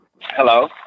Hello